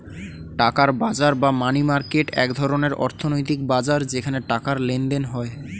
টাকার বাজার বা মানি মার্কেট এক ধরনের অর্থনৈতিক বাজার যেখানে টাকার লেনদেন হয়